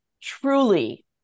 truly